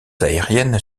aériennes